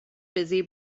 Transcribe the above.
busy